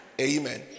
Amen